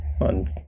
on